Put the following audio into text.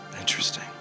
interesting